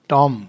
Tom